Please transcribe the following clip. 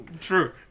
true